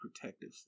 protective